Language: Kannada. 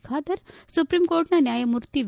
ಖಾದರ್ ಸುಪ್ರೀಂ ಕೋರ್ಟ್ನ ನ್ಯಾಯಮೂರ್ತಿ ವಿ